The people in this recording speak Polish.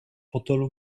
hotelu